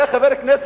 הרי, חבר הכנסת